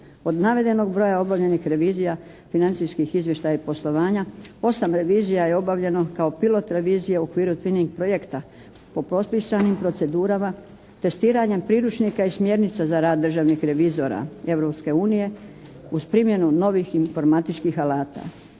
Od navedenog broja obavljenih revizija financijskih izvještaja i poslovanja. Osam revizija je obavljeno kao pilot revizija u okviru ciljanih projekta po propisanim procedurama testiranjem priručnika i smjernica za rad državnih revizora Europske unije uz primjenu novih informatičkih alata.